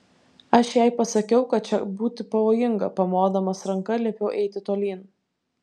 aš jai pasakiau kad čia būti pavojinga pamodamas ranka liepiau eiti tolyn